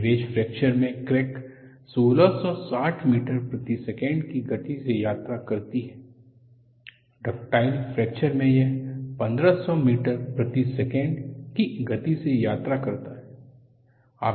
cleavage fracture में क्रैक1660 metre प्रति सेकंड की गति से यात्रा करती है डक्टाइल फ्रैक्चर मे यह 500 मीटर प्रति सेकंड की गति से यात्रा करता है